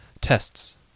tests